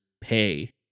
pay